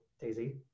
Daisy